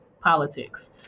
politics